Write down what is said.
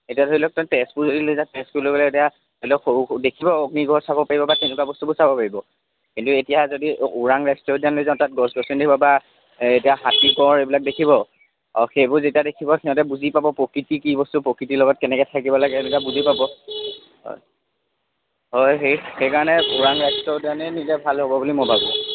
এতিয়া ধৰি লওক তেজপুৰ যদি লৈ যায় তেজপুৰ লৈ গ'লে তেতিয়া ধৰি লওক সৰু সৰু দেখিব অগ্নিগড় চাব পাৰিব বা তেনেকুৱা বস্তুবোৰ চাব পাৰিব কিন্তু এতিয়া যদি ওৰাং ৰাষ্ট্ৰীয় উদ্যানলৈ যাওঁ তাত গছ গছনি বা এতিয়া হাতী গঁড় এইবিলাক দেখিব অঁ সেইবোৰ যেতিয়া দেখিব সিহঁতে বুজি পাব প্ৰকৃতি কি বস্তু প্ৰকৃতিৰ লগত কেনেকৈ থাকিব লাগে এইবিলাক বুজি পাব অঁ অঁ সেই সেইকাৰণে ওৰাং ৰাষ্ট্ৰীয় উদ্যানেই নিলেই ভাল হ'ব বুলি মই ভাবোঁ